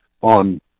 on